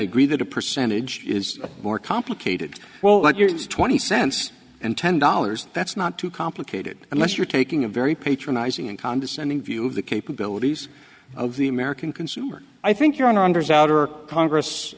agree that a percent it is more complicated well let your twenty cents and ten dollars that's not too complicated unless you're taking a very patronizing and condescending view of the capabilities of the american consumer i think your honor under souter congress